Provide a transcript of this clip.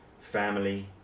family